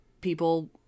people